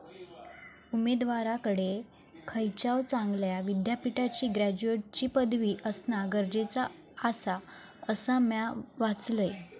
उमेदवाराकडे खयच्याव चांगल्या विद्यापीठाची ग्रॅज्युएटची पदवी असणा गरजेचा आसा, असा म्या वाचलंय